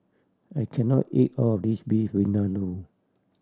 I can not eat all of this Beef Vindaloo